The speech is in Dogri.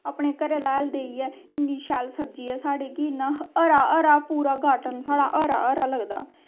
अपने घरे दा हैल देईयै इन्नी शैल सब्जी ऐ साढ़े कि हरा हरा पूरा गार्डन साढ़ा हरा हरा लगदा